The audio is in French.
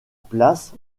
place